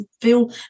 feel